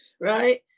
Right